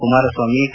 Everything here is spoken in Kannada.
ಕುಮಾರಸ್ವಾಮಿ ಕೆ